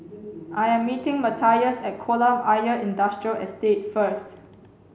I am meeting Matias at Kolam Ayer Industrial Estate first